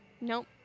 Nope